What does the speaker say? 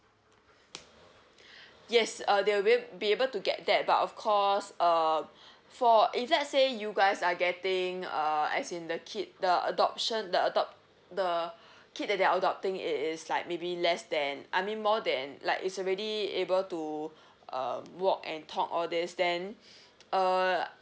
yes uh they will be ab~ be able to get that but of course um for if let's say you guys are getting a as in the kid the adoption the adopt the kid that they're adopting it is like maybe less than I mean more than like is already able to uh walk and talk all these then err